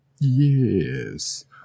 yes